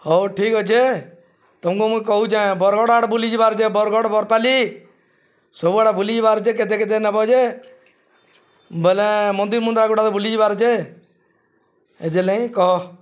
ହଉ ଠିକ୍ ଅଛେ ତମକୁ ମୁଇଁ କହୁଛେଁ ବରଗଡ଼ ଆଡ଼େ ବୁଲିଯିବାରଛେ ବରଗଡ଼ ବରପାଲି ସବୁଆଡ଼େ ବୁଲିଯିବାରୁଛେ କେତେ କେତେ ନବ ଯେ ବୋଇଲେ ମନ୍ଦିର ମୁନ୍ଦା ଗୁଡ଼ାକ ବୁଲିଯିବାରଛେ ଏଥିର୍ ଲାଗି କହ